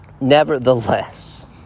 nevertheless